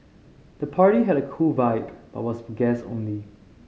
the party had a cool vibe but was for guests only